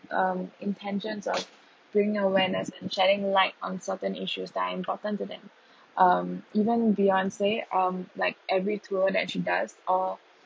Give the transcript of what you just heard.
um intentions of bringing awareness and shedding light on certain issues that are important to them um even beyonce um like every tour that she does or